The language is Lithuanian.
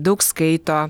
daug skaito